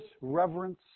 reverence